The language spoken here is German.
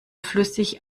flüssig